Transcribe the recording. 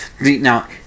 Now